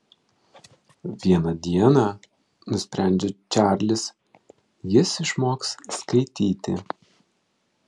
vieną dieną nusprendžia čarlis jis išmoks skaityti